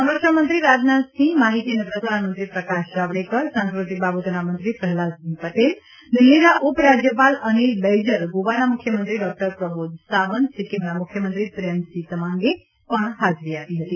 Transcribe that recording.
સંરક્ષણમંત્રી રાજનાથસિંફ માહિતી અને પ્રસારણ મંત્રી પ્રકાશ જાવડેકર સાંસ્કૃતિક બાબતોના મંત્રી પ્રહ્લાદસિંહ પટેલ દિલ્ફીના ઉપરાજ્યપાલ અનિલ બૈજલ ગોવાના મુખ્યમંત્રી ડાક્ટર પ્રમોદ સાવંત સિક્કિમના મુખ્યમંત્રી પ્રેમસિંહ તમાંગે પણ ફાજરી આપી હતી